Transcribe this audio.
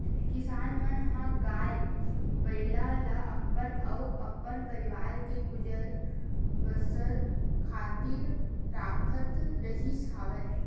किसान मन ह गाय, बइला ल अपन अउ अपन परवार के गुजर बसर खातिर राखत रिहिस हवन